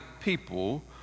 people